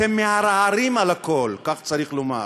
אתם מערערים על הכול, כך צריך לומר.